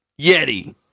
Yeti